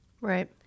Right